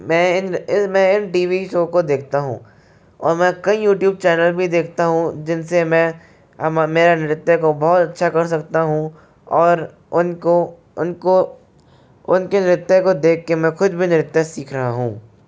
मैं इन मैं इन टी वी शो को देखता हूँ और मैं कई यूट्यूब चैनल भी देखता हूँ जिनसे मैं मेरा नृत्य को बहुत अच्छा कर सकता हूँ और उनको उनको उनके नृत्य को देख के मैं खुद भी नृत्य सीख रहा हूँ